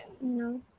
No